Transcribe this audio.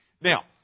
Now